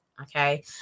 okay